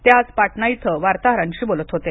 ते आज पाटणा इथं वार्ताहरांशी बोलत होते